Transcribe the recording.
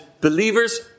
believers